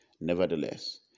Nevertheless